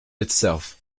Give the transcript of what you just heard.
itself